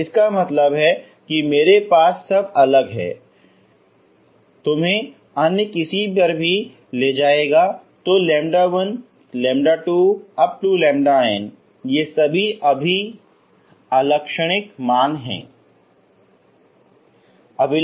तो इसका मतलब है कि मेरे पास सब अलग है तुम्हें अन्य किसी पर भी ले जाएगा तो λ1λ2 λn ये सभी अलग अभिलक्षणिक मान हैं